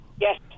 Yes